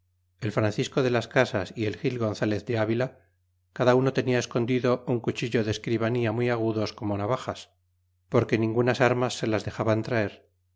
el francisco de las casas y el gil gonzalez de avila cada uno tenia escondido un cuchillo de escribanía muy agudos como navajas porque ningunas armas se las dexaban traer